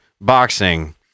boxing